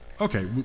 okay